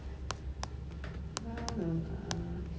err okay let me just resubmit